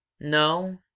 No